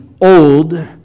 Old